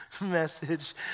message